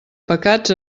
pecats